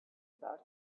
about